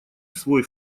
свой